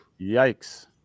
yikes